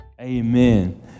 Amen